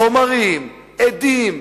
חומרים, עדים.